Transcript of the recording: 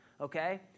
okay